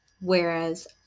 whereas